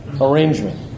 arrangement